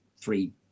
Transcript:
three